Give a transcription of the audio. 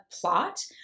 plot